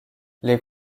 les